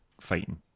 fighting